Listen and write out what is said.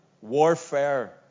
warfare